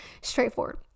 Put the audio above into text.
straightforward